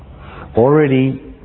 already